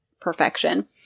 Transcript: perfection